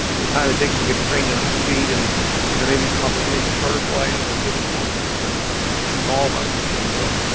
the time it takes to get trained and up to speed, and and there may be some opportunities to charter flying or business flying that evolve out of this thing as well.